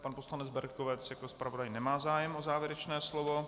Pan poslanec Berkovec jako zpravodaj nemá zájem o závěrečné slovo.